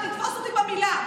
ותתפוס אותי במילה,